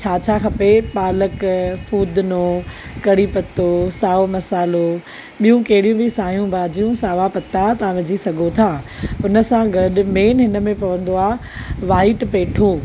छा छा खपे पालक फुदनो कड़ी पत्तो साओ मसालो ॿियूं कहिड़ियू बि सायूं भाॼियूं सावा पता तव्हां विझी सघो था उन सां गॾु मेन हिन में पवंदो आहे वाइट पेठो